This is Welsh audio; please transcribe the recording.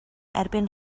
erbyn